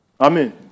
Amen